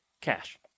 Cash